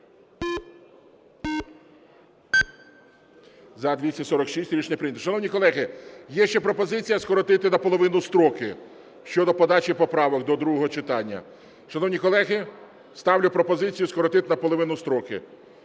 За-246 Рішення прийнято. Шановні колеги, є ще пропозиція скоротити наполовину строки щодо подачі поправок до другого читання. Шановні колеги, ставлю пропозицію скоротити наполовину строки